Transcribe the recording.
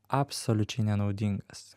absoliučiai nenaudingas